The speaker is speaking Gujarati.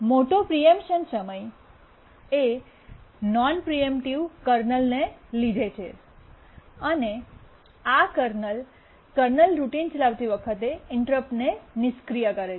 મોટો પ્રીએમ્પશન સમય એ નોન પ્રીએમ્પ્ટિવ નોન પ્રિમ્પેટિવ કર્નલને લીધે છે અને કર્નલ કર્નલ રૂટીન ચલાવતી વખતે ઇન્ટરપ્ટને નિષ્ક્રિય કરે છે